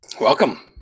Welcome